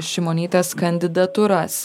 šimonytės kandidatūras